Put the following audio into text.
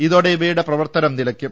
ഇതോടെ ഇവയുടെ പ്രവർത്തനം നിലയ്ക്കും